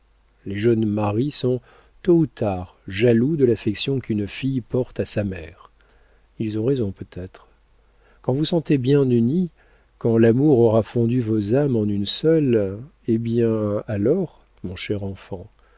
les jeunes maris sont tôt ou tard jaloux de l'affection qu'une fille porte à sa mère ils ont raison peut-être quand vous serez bien unis quand l'amour aura fondu vos âmes en une seule eh bien alors mon cher enfant